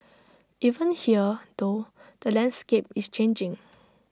even here though the landscape is changing